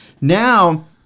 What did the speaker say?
Now